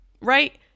right